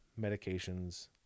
medications